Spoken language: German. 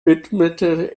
widmete